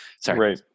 Sorry